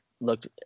looked –